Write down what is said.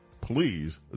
Please